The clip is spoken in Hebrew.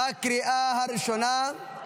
בקריאה הראשונה.